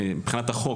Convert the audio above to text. מבחינת החוק,